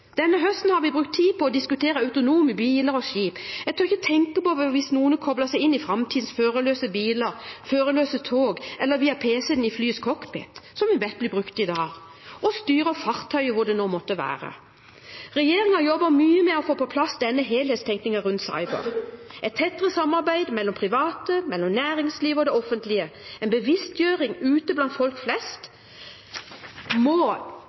Denne høsten har vi brukt tid på å diskutere autonome biler og skip. Jeg tør ikke tenke på at noen kobler seg inn i framtidens førerløse biler, førerløse tog eller via pc-en i flyets cockpit, som vi vet blir brukt i dag, og styrer fartøyet hvor det nå måtte være. Regjeringen jobber mye med å få på plass denne helhetstenkningen rundt cyber. Et tettere samarbeid mellom private, næringslivet og det offentlige og en bevisstgjøring ute blant folk flest må